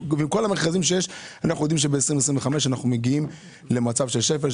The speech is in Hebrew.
עם כל המכרזים שיש אנחנו יודעים שב-2025 אנחנו מגיעים למצב של שפל,